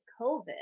COVID